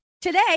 today